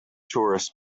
tourists